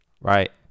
Right